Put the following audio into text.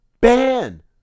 ban